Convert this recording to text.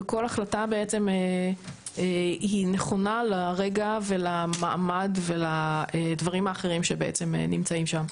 כל החלטה בעצם היא נכונה לרגע ולמעמד ולדברים האחרים שבעצם נמצאים שם.